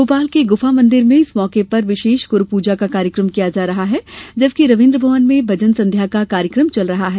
भोपाल के गुफा मंदिर में इस मौके पर विशेष गुरू पूजा का कार्यक्रम किया जा रहा है जबकि रवीन्द्र भवन में भजन संध्या का कार्यक्रम है